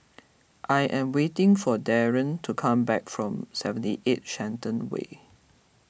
I am waiting for Darrien to come back from seventy eight Shenton Way